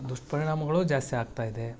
ದುಷ್ಪರಿಣಾಮಗಳು ಜಾಸ್ತಿ ಆಗ್ತಾಯಿದೆ